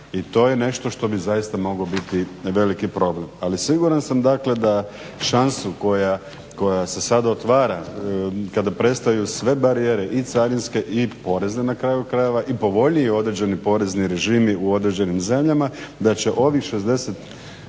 i to je nešto što bi zaista moglo biti veliki problem. Ali siguran sam dakle da šansu koja se sada otvara kada prestaju sve barijere i carinske i porezne na kraju krajeva i povoljniji određeni porezni režimi u određenim zemljama da će ovih 60%